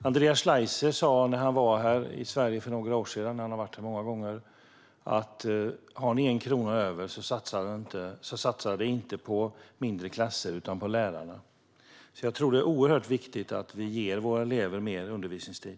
Andreas Schleicher sa när han var här för några år sedan - han har varit här många gånger - att om ni har en krona över så satsa den inte på mindre klasser utan på lärarna. Jag tror att det är oerhört viktigt att vi ger våra elever mer undervisningstid.